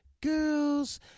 girls